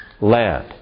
land